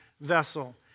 vessel